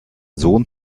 sohn